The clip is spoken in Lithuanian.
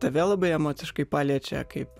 tave labai emociškai paliečia kaip